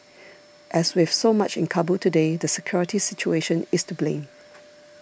as with so much in Kabul today the security situation is to blame